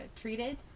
treated